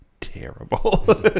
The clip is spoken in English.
terrible